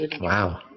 Wow